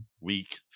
week